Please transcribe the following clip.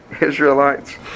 Israelites